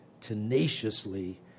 tenaciously